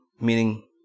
meaning